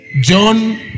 John